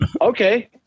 okay